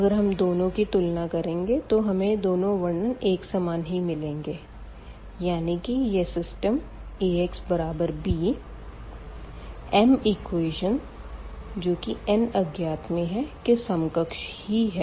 अगर हम दोनों की तुलना करेंगे तो हमें दोनों वर्णन एक सामान ही मिलेंगे यानी कि यह सिस्टम Ax बराबर b m इक्वेशन जो कि n अज्ञात में है के समकक्ष ही है